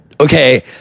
Okay